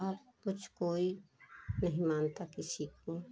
अब कुछ कोई नहीं मानता किसी को